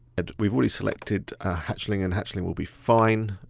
and we've already selected hatchling and hatchling will be fine.